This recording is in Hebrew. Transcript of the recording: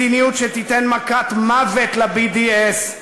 מדיניות שתיתן מכת מוות ל-BDS,